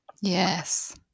Yes